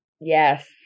Yes